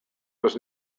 was